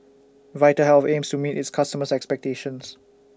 Vitahealth aims to meet its customers' expectations